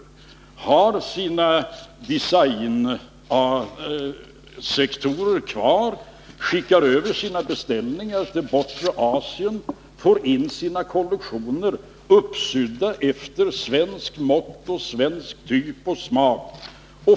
De har sina designsektorer kvar och skickar över sina beställningar till bortre Asien. De får in sina kollektioner uppsydda efter svenskt mått och svensk typ och smak.